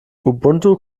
ubuntu